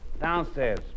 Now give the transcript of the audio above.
downstairs